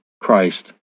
CHRIST